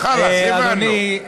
חלאס, הבנו.